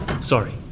Sorry